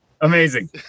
amazing